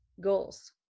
goals